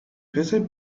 visit